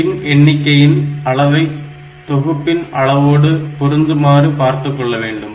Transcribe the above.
பின் எண்ணிக்கையின் அளவை தொகுப்பின் அளவோடு பொருந்துமாறு பார்த்துக் கொள்ள வேண்டும்